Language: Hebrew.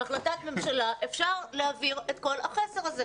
בהחלטת ממשלה ואפשר להעביר את כל החסר הזה.